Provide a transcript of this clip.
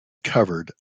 covered